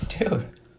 dude